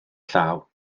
llaw